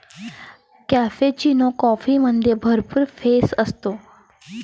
cappuccino कॉफीमध्ये भरपूर फेस असतो